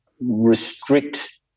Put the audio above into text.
restrict